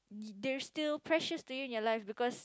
they're still precious to you in your life because